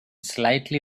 slightly